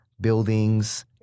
buildings